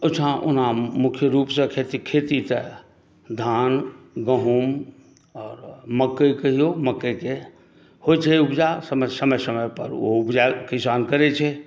ओहिठाम ओना मुख्य रूपसँ खेती तऽ धान गहूँम आओर मकइ कहिओ मकइके होइ छै उपजा समय समयपर ओ उपजा किसान करै छै